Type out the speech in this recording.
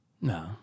No